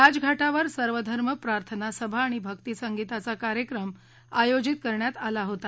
राजघाटावर सर्वधर्म प्रार्थना सभा आणि भक्ती संगीताचा कार्यक्रम आयोजित करण्यात आला होता